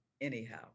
anyhow